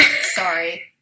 Sorry